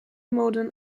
modern